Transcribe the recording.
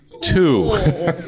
Two